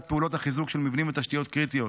פעולות החיזוק של מבנים ותשתיות קריטיות.